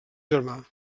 germà